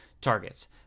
targets